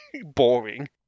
boring